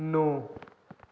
ਨੌਂ